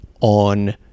on